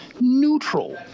neutral